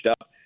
up